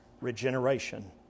regeneration